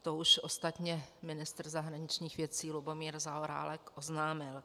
To už ostatně ministr zahraničních věcí Lubomír Zaorálek oznámil.